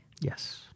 Yes